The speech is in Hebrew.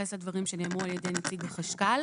בהתייחס לדברים שנאמרו על ידי נציג אגף החשב הכללי.